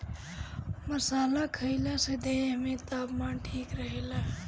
मसाला खईला से देह में तापमान ठीक रहेला